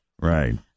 Right